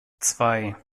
zwei